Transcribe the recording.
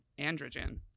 androgen